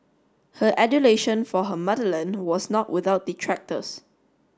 her adulation for her motherland was not without detractors